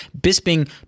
Bisping